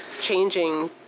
changing